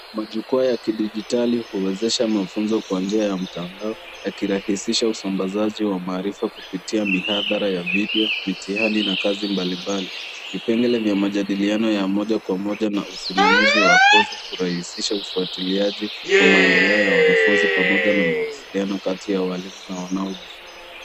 Majukwaa ya kidijitali huwezesha mafunzo kwa nia ya mtandao yakirahisisha usambazaji wa maarifa kupitia mihadhara ya video, mitihani na kazi mbali mbali. Vipengele ya majadiliano ya moja kwa moja na usimamizi wa kosi hurahisisha ufuatiliaji ya mamaendeleo ya wanafunzi pamoja na mawasiliano kati ya walimu na wanaojifunza.